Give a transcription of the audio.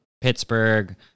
Pittsburgh